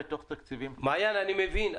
מעיין, אני מבין,